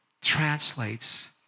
translates